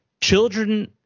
Children –